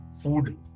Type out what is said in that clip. food